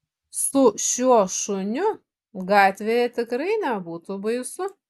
su šiuo šuniu gatvėje tikrai nebūtų baisu